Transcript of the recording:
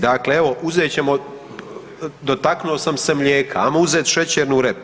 Dakle evo uzet ćemo, dotaknuo sam se mlijeka, ajmo uzet šećernu repu.